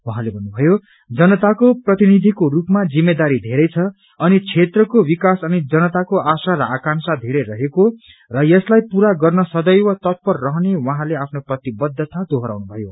उहाँले भन्नुभयो जनताको प्रतिनिधिको रूपमा जिम्मेदारी धेरै छ अनि क्षेत्रको विकास अनि जनताको आशा र आकांक्षा घेरै रहेको र यसलाई पूरा गर्न सदैव तत्पर रहने उहाँले आफ्नो प्रतिबद्वता दर्शाउनु भयो